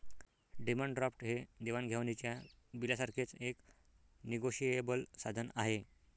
demand draft हे देवाण घेवाणीच्या बिलासारखेच एक निगोशिएबल साधन आहे